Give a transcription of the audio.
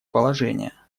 положения